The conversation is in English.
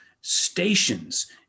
stations